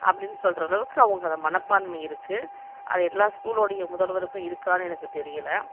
அப்படினு சொல்கிற அளவுக்கு அவங்க அந்த மனப்பான்மை இருக்குது அது எல்லா ஸ்கூலோடைய முதல்வருக்கும் இருக்கானு எனக்கு தெரியலை